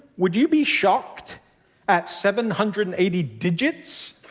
would you be shocked at seven hundred and eighty digits?